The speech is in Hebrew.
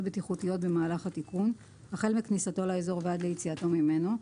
בטיחותיות במהלך התיקון- החל מכניסתו לאזור ועד ליציאתו ממנו.